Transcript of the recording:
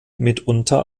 mitunter